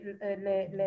les